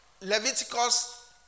Leviticus